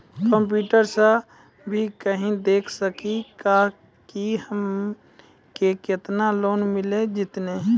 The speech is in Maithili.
कंप्यूटर सा भी कही देख सकी का की हमनी के केतना लोन मिल जैतिन?